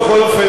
בכל אופן,